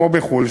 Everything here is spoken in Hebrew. כמו בחו"ל,